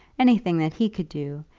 anything that he could do,